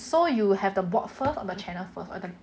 so you have the bot first or the channel first